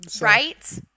Right